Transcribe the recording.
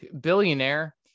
billionaire